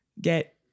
get